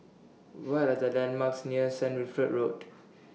What Are The landmarks near Saint Wilfred Road